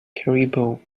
caribou